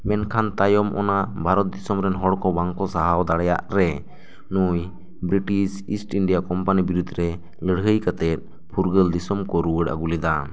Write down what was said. ᱢᱮᱱᱠᱷᱟᱱ ᱛᱟᱭᱚᱢ ᱚᱱᱟ ᱵᱷᱟᱨᱚᱛ ᱫᱤᱥᱚᱢ ᱨᱮᱱ ᱦᱚᱲ ᱠᱚ ᱵᱟᱝ ᱠᱚ ᱥᱟᱦᱟᱣ ᱫᱟᱲᱮᱭᱟᱜ ᱨᱮ ᱱᱩᱭ ᱵᱨᱤᱴᱤᱥ ᱤᱥᱴ ᱤᱱᱰᱤᱭᱟ ᱠᱚᱢᱯᱟᱱᱤ ᱵᱤᱨᱩᱫ ᱨᱮ ᱞᱟᱹᱲᱦᱟᱹᱭ ᱠᱟᱛᱮᱜ ᱯᱷᱩᱨᱜᱟᱹᱞ ᱫᱤᱥᱚᱢ ᱠᱚ ᱨᱩᱣᱟᱹᱲ ᱟᱹᱜᱩ ᱞᱮᱫᱟ